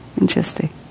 Interesting